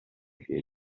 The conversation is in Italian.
piedi